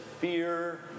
Fear